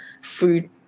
food